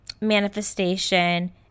manifestation